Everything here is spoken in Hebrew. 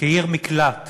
כעיר מקלט